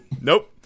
Nope